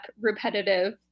repetitive